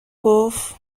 گفت